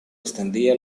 extendía